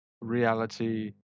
reality